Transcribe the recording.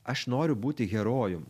aš noriu būti herojum